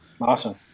awesome